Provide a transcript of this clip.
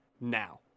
now